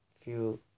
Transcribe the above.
feel